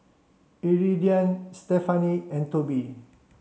Iridian Stefani and Tobie